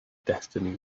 destiny